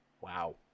Wow